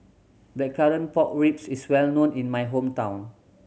Blackcurrant Pork Ribs is well known in my hometown